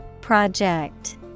Project